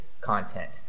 content